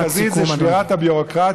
הבעיה המרכזית זה שבירת הביורוקרטיה,